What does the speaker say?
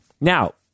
Now